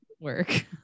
work